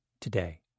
today